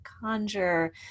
conjure